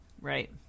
Right